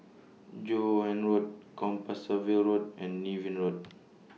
Joan Road Compassvale Road and Niven Road